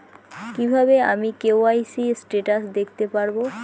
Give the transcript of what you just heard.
কিভাবে আমি KYC status দেখতে পারবো?